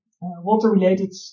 water-related